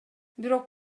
бирок